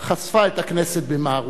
חשפה את הכנסת במערומיה.